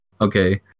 Okay